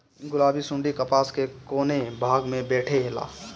गुलाबी सुंडी कपास के कौने भाग में बैठे ला?